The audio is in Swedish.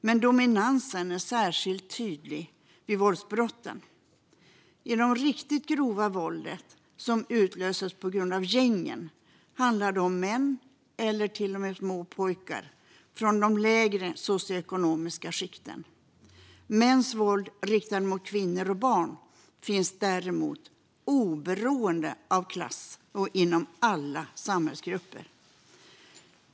Men dominansen är särskilt tydlig vid våldsbrotten. Vid det riktigt grova våldet, som utlöses på grund av gängen, handlar det om män eller till och med små pojkar från de lägre socioekonomiska skikten. Mäns våld riktat mot kvinnor och barn är däremot oberoende av klass och finns inom alla samhällsgrupper.